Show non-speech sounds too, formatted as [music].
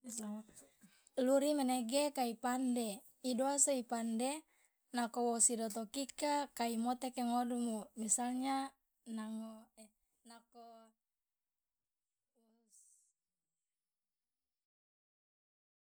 [noise] luri manege kai pande idoaso ipande nako wosi dotokika kai moteke ngodumu misalnya nango [hesitation] nako turus.